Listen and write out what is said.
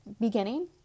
beginning